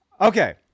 Okay